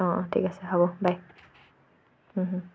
অঁ অঁ ঠিক আছে হ'ব বাই